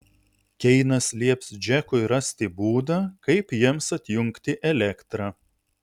keinas lieps džekui rasti būdą kaip jiems atjungti elektrą